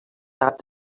that